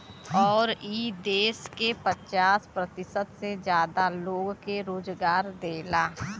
अउर ई देस के पचास प्रतिशत से जादा लोग के रोजगारो देला